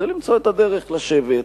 זה למצוא את הדרך לשבת,